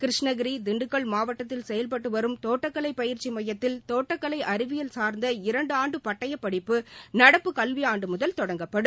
கிருஷ்ணகிரி திண்டுக்கல் மாவட்டத்தில் செயல்பட்டு வரும் தோட்டக்கலை பயிற்சி மையத்தில் தோட்டக்கலை அறிவியல் சார்ந்த இரண்டு ஆண்டு பட்டயப்படிப்பு நடப்பு கல்வி ஆண்டு முதல் தொடங்கப்படும்